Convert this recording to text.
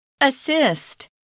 Assist